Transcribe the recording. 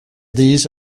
these